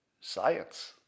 science